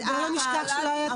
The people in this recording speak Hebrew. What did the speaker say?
בהוגנות.